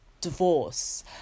divorce